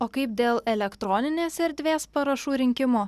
o kaip dėl elektroninės erdvės parašų rinkimo